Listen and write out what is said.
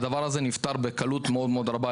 הדבר הזה נפתר בקלות מאוד רבה.